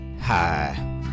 Hi